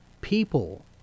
People